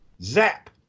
zap